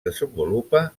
desenvolupa